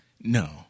No